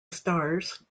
stars